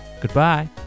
Goodbye